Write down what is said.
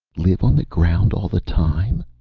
live on the ground all the time?